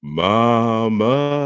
mama